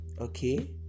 okay